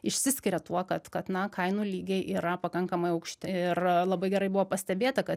išsiskiria tuo kad kad na kainų lygiai yra pakankamai aukšti ir labai gerai buvo pastebėta kad